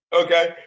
okay